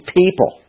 people